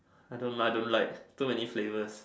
I don't I don't like too many flavours